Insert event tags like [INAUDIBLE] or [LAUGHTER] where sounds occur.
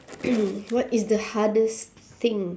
[NOISE] what is the hardest thing